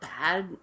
bad